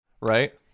right